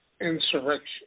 insurrection